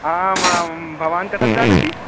आम् आं भवान् कथं जानति